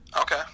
Okay